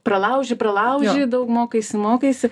pralauži pralauži daug mokaisi mokaisi